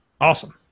Awesome